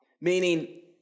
meaning